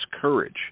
Courage